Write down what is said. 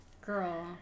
Girl